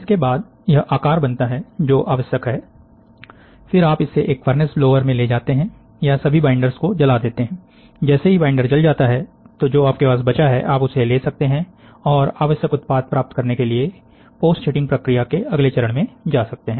इसके बाद यह आकार बनता है जो आवश्यक है फिर आप इसे एक फर्नेस ब्लोअर में ले जाते हैं या सभी बाइंडर्स को जला देते हैं जैसे ही बाइंडर जल जाता है तो जो आपके पास बचा है आप उसे ले सकते है और आवश्यक उत्पाद प्राप्त करने के लिए पोस्ट हिटिंग प्रक्रिया के अगले चरण में जा सकते है